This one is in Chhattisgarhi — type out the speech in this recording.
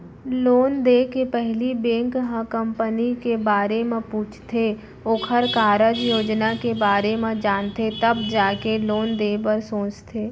लोन देय के पहिली बेंक ह कंपनी के बारे म पूछथे ओखर कारज योजना के बारे म जानथे तब जाके लोन देय बर सोचथे